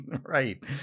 Right